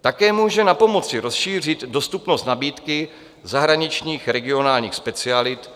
Také může napomoci rozšířit dostupnost nabídky zahraničních regionálních specialit